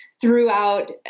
throughout